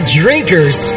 drinkers